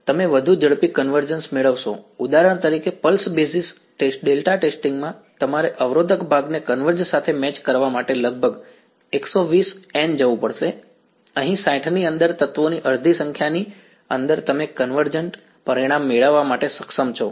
તમે વધુ ઝડપી કન્વર્જન્સ મેળવશો ઉદાહરણ તરીકે પલ્સ બેઝિસ ડેલ્ટા ટેસ્ટિંગ માં તમારે અવરોધક ભાગને કન્વર્જ સાથે મેચ કરવા માટે લગભગ 120 N જવું પડશે અહીં 60 ની અંદર તત્વોની અડધી સંખ્યાની અંદર તમે કન્વર્જન્ટ પરિણામ મેળવવા માટે સક્ષમ છો